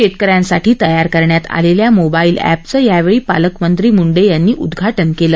शेतकऱ्यांसाठी तयार करण्यात आलेल्या मोबाईल एपचं यावेळी पालकमंत्री मुंडे यांनी उद्घाटन केलं